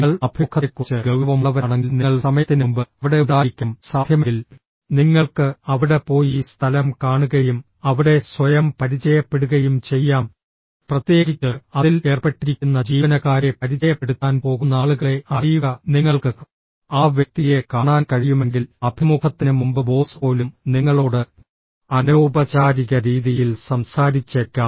നിങ്ങൾ അഭിമുഖത്തെക്കുറിച്ച് ഗൌരവമുള്ളവരാണെങ്കിൽ നിങ്ങൾ സമയത്തിന് മുമ്പ് അവിടെ ഉണ്ടായിരിക്കണം സാധ്യമെങ്കിൽ നിങ്ങൾക്ക് അവിടെ പോയി സ്ഥലം കാണുകയും അവിടെ സ്വയം പരിചയപ്പെടുകയും ചെയ്യാം പ്രത്യേകിച്ച് അതിൽ ഏർപ്പെട്ടിരിക്കുന്ന ജീവനക്കാരെ പരിചയപ്പെടുത്താൻ പോകുന്ന ആളുകളെ അറിയുക നിങ്ങൾക്ക് ആ വ്യക്തിയെ കാണാൻ കഴിയുമെങ്കിൽ അഭിമുഖത്തിന് മുമ്പ് ബോസ് പോലും നിങ്ങളോട് അനൌപചാരിക രീതിയിൽ സംസാരിച്ചേക്കാം